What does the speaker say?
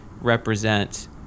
Represent